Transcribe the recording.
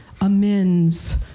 amends